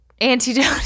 Antidote